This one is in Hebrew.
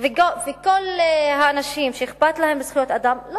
וכל האנשים שאכפת להם מזכויות אדם לא